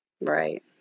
Right